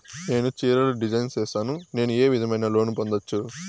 నేను చీరలు డిజైన్ సేస్తాను, నేను ఏ విధమైన లోను పొందొచ్చు